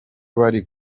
bari